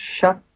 shut